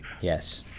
Yes